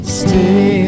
stay